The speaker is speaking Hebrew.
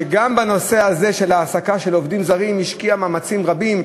שגם בנושא הזה של העסקת עובדים זרים השקיע מאמצים רבים.